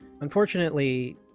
unfortunately